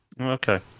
Okay